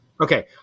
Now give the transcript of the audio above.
Okay